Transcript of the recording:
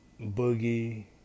Boogie